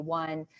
one